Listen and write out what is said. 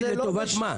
תגיד לטובת מה.